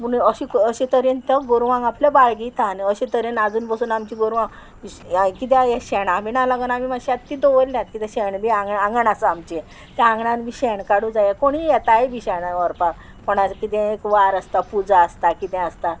म्हणून अशे अशे तरेन तो गोरवांक आपल्या बाळगिता आनी अशे तरेन आजून बसून आमची गोरवां किद्या हे शेणा बिणां लागोन आमी मातशें आतां दवरल्यात किद्या शेण बी आंग आंगण आसा आमचें त्या आंगणान बी शेण काडूं जाये कोणीय येताय बी शेण व्हरपाक कोणाचो कितें एक वार आसता पुजा आसता कितें आसता